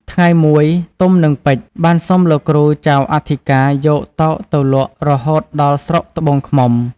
ថ្ងៃមួយ ទុំ និងពេជ្រ បានសុំលោកគ្រូចៅអធិការយកតោកទៅលក់រហូតដល់ស្រុកត្បួងឃ្មុំ។